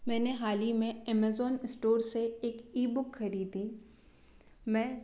मैंने हाल ही में एमेजॉन इस्टोर से एक इ बुक खरीदी मैं